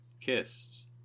KISSED